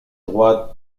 droites